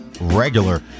regular